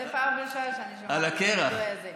זו פעם ראשונה שאני שומעת את הביטוי הזה.